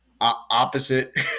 opposite